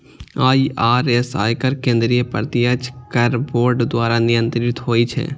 IRS, आयकर केंद्रीय प्रत्यक्ष कर बोर्ड द्वारा नियंत्रित होइ छै